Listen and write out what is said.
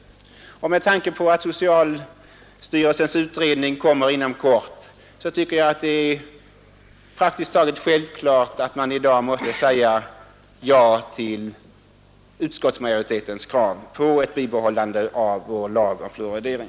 Med tanke på att socialstyrelsens utredning kommer inom kort tycker jag att det är praktiskt taget självklart att man i dag måste säga ja till utskottsmajoritetens krav på ett bibehållande av vår lag om fluoridering.